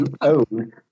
own